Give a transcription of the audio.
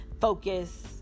focus